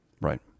Right